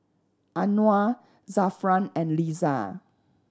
Anuar Zafran and Lisa